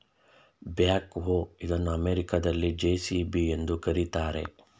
back ಹೋ ಇದನ್ನು ಅಮೆರಿಕದಲ್ಲಿ ಜೆ.ಸಿ.ಬಿ ಎಂದು ಕರಿತಾರೆ